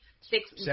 Six